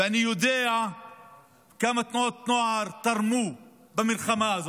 ואני יודע כמה תנועות הנוער תרמו במלחמה הזאת.